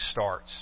starts